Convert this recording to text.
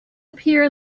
appeared